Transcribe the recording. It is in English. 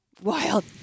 wild